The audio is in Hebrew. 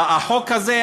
החוק הזה,